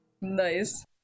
Nice